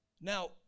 Now